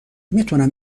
میتونم